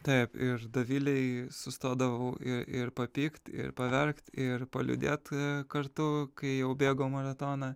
taip ir dovilei sustodavau ir ir papykt ir paverkt ir paliūdėt kartu kai jau bėgau maratoną